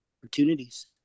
opportunities